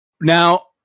Now